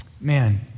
Man